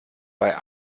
bei